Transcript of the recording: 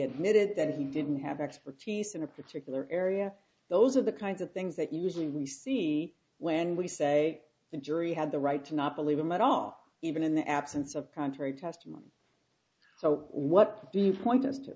admitted that he didn't have expertise in a particular area those are the kinds of things that usually we see when we say the jury had the right to not believe him at all even in the absence of contrary testimony so what do you point